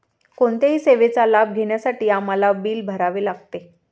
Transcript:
कोणत्याही सेवेचा लाभ घेण्यासाठी आम्हाला बिल भरावे लागते